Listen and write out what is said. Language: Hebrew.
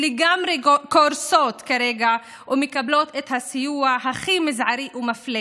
שלגמרי קורסות כרגע ומקבלות את הסיוע הכי מזערי ומפלה,